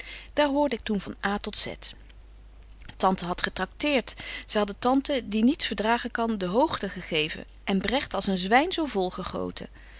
daar hoorde ik toen van a tot z tante hadt getracteert zy hadden tante die niets verdragen kan de hoogte gegeven en bregt als een zwyn zo vol gegoten